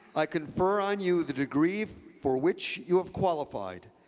i confer on you the degree for which you have qualified,